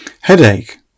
Headache